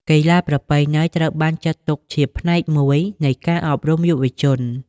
កីឡាប្រពៃណី ត្រូវបានចាត់ទុកជាផ្នែកមួយនៃការអប់រំយុវជន។